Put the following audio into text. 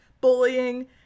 bullying